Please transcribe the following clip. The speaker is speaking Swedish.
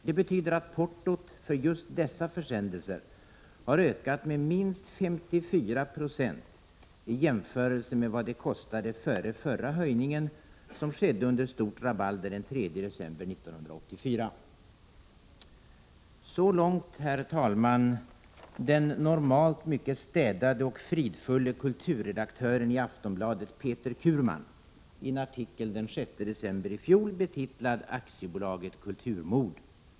Det betyder att portot för just dessa försändelser har ökat med minst 54 procent i jämförelse med vad det kostade före förra höjningen, som skedde under stort rabalder den 3 december 1984.” Så långt, herr talman, den normalt mycket städade och fridfulle kulturredaktören i Aftonbladet, Peter Curman, i en artikel den 6 december i fjol, betitlad Aktiebolaget Kulturmord.